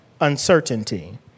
uncertainty